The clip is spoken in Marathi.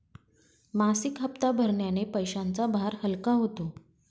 मासिक हप्ता भरण्याने पैशांचा भार हलका होतो